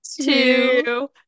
two